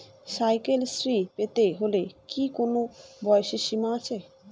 Cycle Shri পেতে হলে কি কোনো বয়সের সীমা আছে?